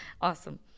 awesome